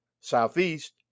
southeast